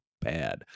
bad